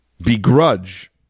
begrudge